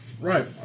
Right